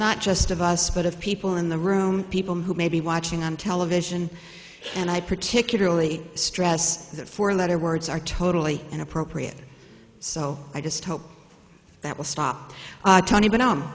not just of us but of people in the room people who may be watching on television and i particularly stress that four letter words are totally inappropriate so i just hope that will stop tony but